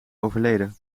overleden